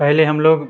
पहले हम लोग